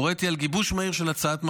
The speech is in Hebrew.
הוריתי על גיבוש מהיר של הצעת מחליטים,